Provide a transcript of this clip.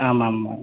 आमामाम्